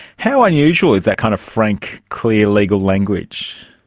how unusual is that kind of frank, clear legal language?